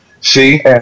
See